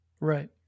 Right